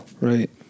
Right